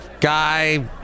guy